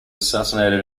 assassinated